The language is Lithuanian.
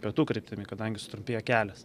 pietų kryptimi kadangi sutrumpėja kelias